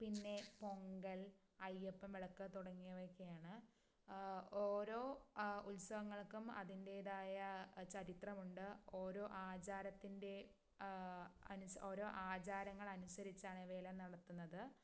പിന്നെ പൊങ്കൽ അയ്യപ്പൻ വിളക്ക് തുടങ്ങിയവയൊക്കെയാണ് ഓരോ ഉത്സവങ്ങൾക്കും അതിന്റേതായ ചരിത്രമുണ്ട് ഓരോ ആചാരത്തിൻ്റെ ഓരോ ആചാരങ്ങൾ അനുസരിച്ചാണ് ഇവയെല്ലാം നടത്തുന്നത്